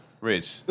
Rich